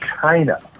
China